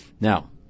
Now